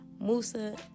musa